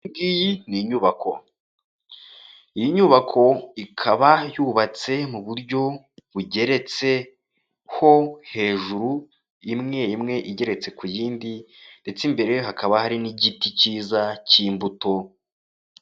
Iyi ngiyi ni inyubako, iyi nyubako ikaba yubatse mu buryo bugeretseho hejuru, imwe imwe igeretse ku yindi ndetse imbere hakaba hari n'igiti cyiza cy'imbuto.